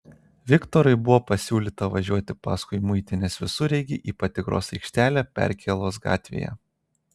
viktorui buvo pasiūlyta važiuoti paskui muitinės visureigį į patikros aikštelę perkėlos gatvėje